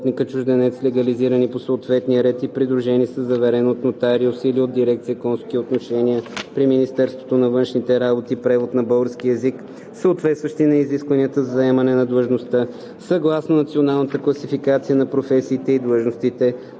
съгласно Националната класификация на професиите и длъжностите,